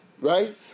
Right